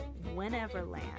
Wheneverland